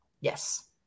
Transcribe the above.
yes